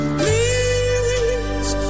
please